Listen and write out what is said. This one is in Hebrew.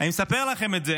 אני מספר לכם את זה